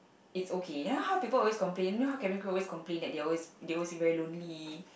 it's okay then how people always complain you know how cabin crew always complain that they're always they're always very lonely